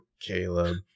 Caleb